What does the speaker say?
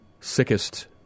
sickest